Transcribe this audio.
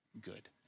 good